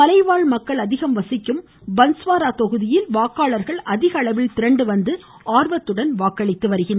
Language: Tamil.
மலைவாழ் மக்கள் அதிகம் வசிக்கும் பன்ஸ்வாரா தொகுதியில் வாக்காளர்கள் அதிகளவில் திரண்டுவந்து ஆர்வத்துடன் வாக்களித்தனர்